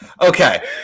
okay